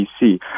bc